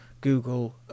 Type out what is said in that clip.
Google